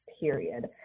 period